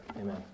Amen